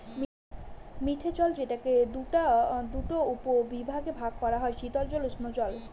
মিঠে জল যেটাকে দুটা উপবিভাগে ভাগ করা যায়, শীতল জল ও উষ্ঞজল